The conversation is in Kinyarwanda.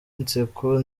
inseko